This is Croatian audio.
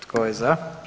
Tko je za?